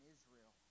Israel